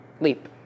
LEAP